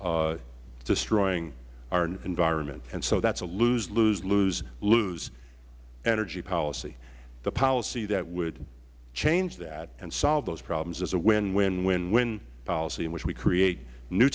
time destroying our environment and so that is a lose lose lose lose energy policy the policy that would change that and solve those problems is a win win win win policy in which we create new